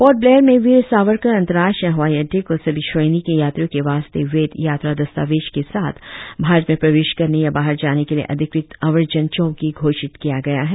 port Blair में वीर सावरकर अंतर्राष्ट्रीय हवाई अड़डे को सभी श्रेणी के यात्रियों के वास्ते वैध यात्रा दस्तावेज के साथ भारत में प्रवेश करने या बाहर जानेके लिए अधिकृत अव्रजन चौकी घोषित किया गया है